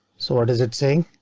so what is it saying?